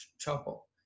trouble